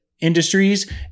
industries